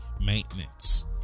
Maintenance